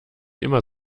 immer